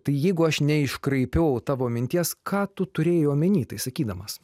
tai jeigu aš neiškraipiau tavo minties ką tu turėjai omeny tai sakydamas